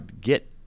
get